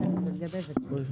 זה בזק.